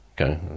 okay